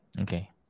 Okay